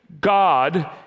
God